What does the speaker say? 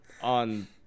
on